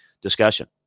discussion